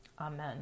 Amen